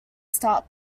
start